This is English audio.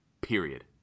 Period